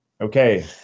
okay